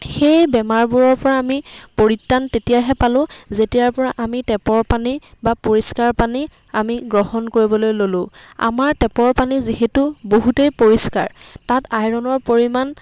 সেই বেমাৰবোৰৰ পৰা আমি পৰিত্ৰাণ তেতিয়াহে পালোঁ যেতিয়াৰ পৰা আমি টেপৰ পানী বা পৰিষ্কাৰ পানী আমি গ্ৰহণ কৰিবলৈ ল'লোঁ আমাৰ টেপৰ পানী যিহেতু বহুতেই পৰিষ্কাৰ তাত আইৰনৰ পৰিমাণ